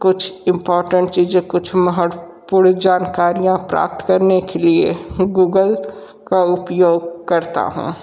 कुछ इंपॉर्टेंट चीज़ें कुछ महत्वपूर्ण जानकारियाँ प्राप्त करने के लिए गूगल का उपयोग करता हूँ